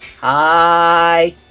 hi